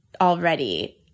already